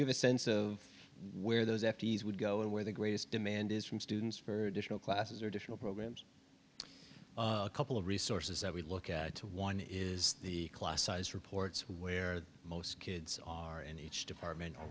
you have a sense of where those empties would go and where the greatest demand is from students for additional classes or additional programs a couple of resources that we look at to one is the class size reports where most kids are in each department